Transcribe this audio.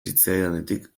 zitzaidanetik